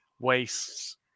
wastes